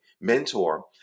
mentor